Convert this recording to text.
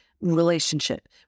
relationship